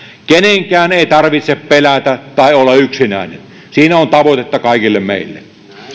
kenenkään ei tarvitse pelätä tai olla yksinäinen siinä on tavoitetta kaikille meille